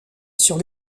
sur